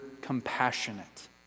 compassionate